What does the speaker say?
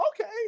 okay